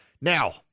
Now